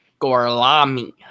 Gorlami